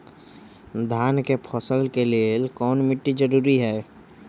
धान के फसल के लेल कौन मिट्टी जरूरी है?